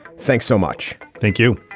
thanks so much. thank you